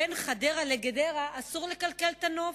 בין חדרה לגדרה אסור לקלקל את הנוף,